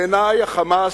בעיני, "חמאס"